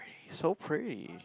so pretty